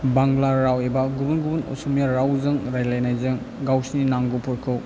बांला राव एबा गुबुन गुबुन असमीया रावजों रायलायनायजों गावसोरनि नांगौफोरखौ